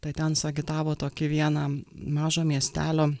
tai ten suagitavo tokį vieną mažo miestelio